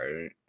Right